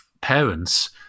parents